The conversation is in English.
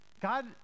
God